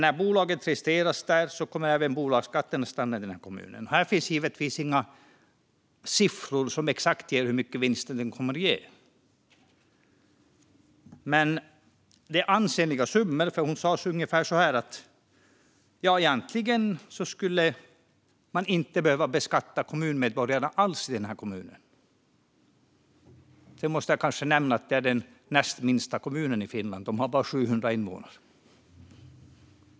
När bolaget registreras i kommunen kommer även bolagsskatten att stanna där. Det finns givetvis inte några siffror över exakt vilken vinst detta kommer att ge, men det är ansenliga summor. Hon sa att man egentligen inte skulle behöva beskatta kommunmedborgarna alls i kommunen. Jag måste kanske nämna att det rör sig om den näst minsta kommunen i Finland, med bara 700 invånare.